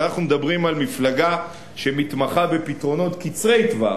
אנחנו מדברים על מפלגה שמתמחה בפתרונות קצרי-טווח.